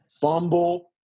fumble